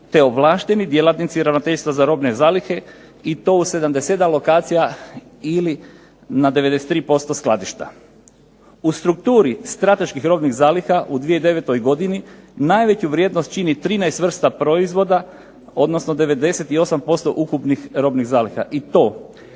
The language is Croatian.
te ovlašteni djelatnici Ravnateljstva za robne zalihe i to u 77 lokacija ili na 93% skladišta. U strukturi strateških robnih zaliha u 2009. godini najveću vrijednost čini 13 vrsta proizvoda, odnosno 98% ukupnih robnih zaliha i to